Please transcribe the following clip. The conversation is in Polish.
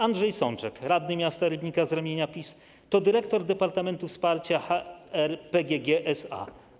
Andrzej Sączek, radny miasta Rybnik z ramienia PiS, to dyrektor Departamentu Wsparcia HR PGG SA.